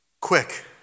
Quick